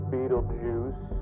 Beetlejuice